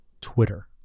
Twitter